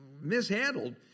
mishandled